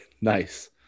Nice